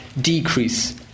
decrease